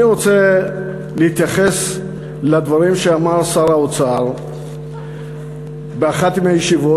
אני רוצה להתייחס לדברים שאמר שר האוצר באחת מהישיבות,